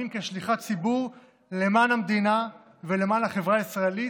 כשליחת ציבור למען המדינה ולמען החברה הישראלית,